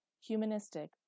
humanistic